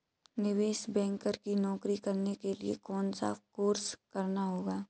निवेश बैंकर की नौकरी करने के लिए कौनसा कोर्स करना होगा?